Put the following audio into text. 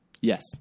Yes